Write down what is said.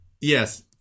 Yes